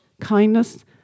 kindness